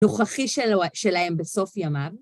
נוכחי שלהם בסוף ימיו.